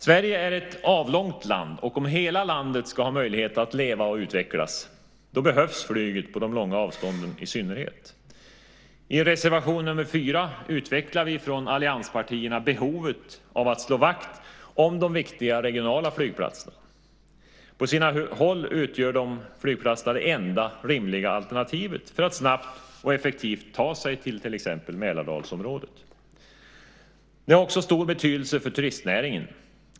Sverige är ett avlångt land, och om hela landet ska ha möjlighet att leva och utvecklas behövs flyget, i synnerhet på de långa avstånden. I reservation nr 4 utvecklar vi från allianspartierna behovet av att slå vakt om de viktiga regionala flygplatserna. På sina håll utgör dessa flygplatser det enda rimliga alternativet för att snabbt och effektivt kunna ta sig till exempel till Mälardalsområdet. De har också stor betydelse för turistnäringen.